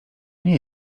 nie